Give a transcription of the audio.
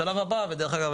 השלב הבא ודרך אגב,